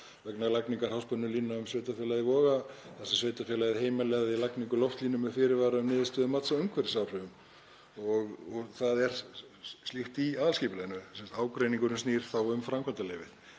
vegna lagningar háspennulína um sveitarfélagið Voga þar sem sveitarfélagið heimilaði lagningu loftlínu með fyrirvara um niðurstöðu mats á umhverfisáhrifum — og það er slíkt í aðalskipulaginu. Ágreiningurinn snýst þá um framkvæmdaleyfi.